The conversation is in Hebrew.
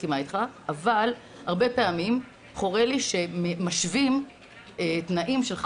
אבל הרבה פעמים חורה לי שמשווים את התנאים של החיילים.